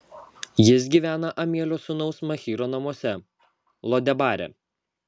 jis gyvena amielio sūnaus machyro namuose lo debare